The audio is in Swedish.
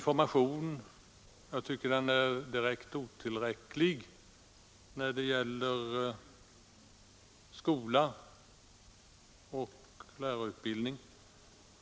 För det första anser jag att informationen när det gäller skola och lärarutbildning är otillräcklig.